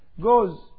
goes